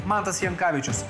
mantas jankavičius